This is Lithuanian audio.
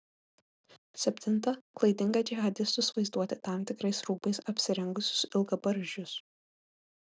septinta klaidinga džihadistus vaizduoti tam tikrais rūbais apsirengusius ilgabarzdžius